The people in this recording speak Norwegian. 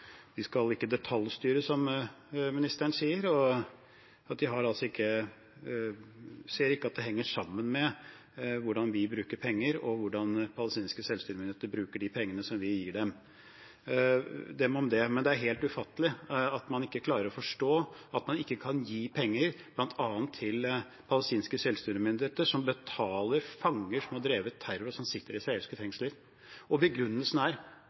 Vi skal ikke detaljstyre, som ministeren sier, og man ser altså ikke sammenhengen i hvordan vi bruker penger, og hvordan palestinske selvstyremyndigheter bruker de pengene vi gir dem. Dem om det. Det er helt ufattelig at man ikke klarer å forstå at man ikke kan gi penger bl.a. til palestinske selvstyremyndigheter som betaler fanger som har drevet terror og sitter i israelske fengsler. Begrunnelsen er at man ikke kan blande seg inn. Det er helt utrolig at man kan sitte og